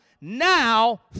now